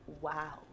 wow